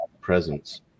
presence